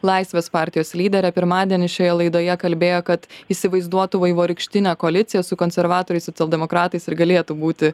laisvės partijos lyderė pirmadienį šioje laidoje kalbėjo kad įsivaizduotų vaivorykštinę koaliciją su konservatoriais socialdemokratais ir galėtų būti